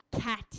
Cat